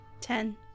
Ten